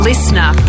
Listener